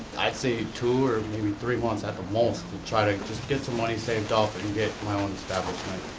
i'd say two, or maybe three months at the most to try to just get some money saved up and get my own establishment.